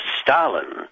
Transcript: Stalin